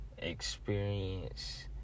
Experience